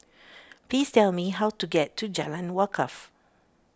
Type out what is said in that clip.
please tell me how to get to Jalan Wakaff